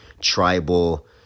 tribal